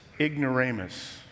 ignoramus